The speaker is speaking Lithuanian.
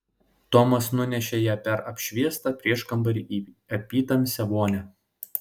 tomas nunešė ją per apšviestą prieškambarį į apytamsę vonią